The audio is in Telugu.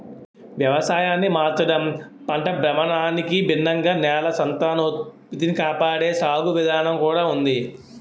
వ్యవసాయాన్ని మార్చడం, పంట భ్రమణానికి భిన్నంగా నేల సంతానోత్పత్తి కాపాడే సాగు విధానం కూడా ఉంది